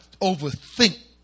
overthink